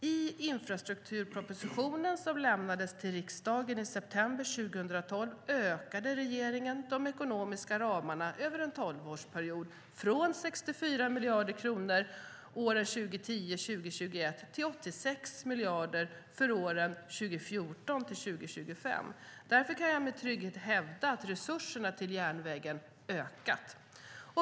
I infrastrukturpropositionen som lämnades till riksdagen i september 2012 ökade regeringen de ekonomiska ramarna över en tolvårsperiod från 64 miljarder kronor åren 2010-2021 till 86 miljarder kronor för åren 2014-2025. Därför kan jag med trygghet hävda att resurserna till järnvägen ökat.